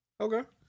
Okay